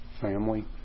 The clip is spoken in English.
family